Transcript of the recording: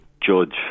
judge